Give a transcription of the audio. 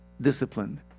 disciplined